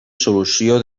solució